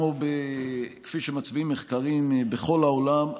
כפי שמצביעים מחקרים בכל העולם,